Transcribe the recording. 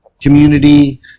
community